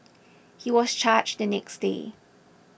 he was charged the next day